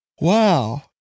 wow